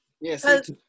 Yes